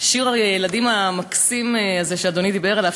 שיר הילדים המקסים הזה שאדוני דיבר עליו,